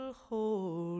hold